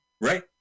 right